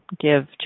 give